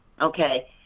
okay